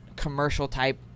commercial-type